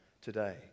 today